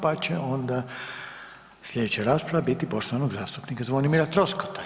Pa će onda sljedeća rasprava biti poštovanog zastupnika Zvonimira Troskota.